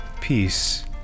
Peace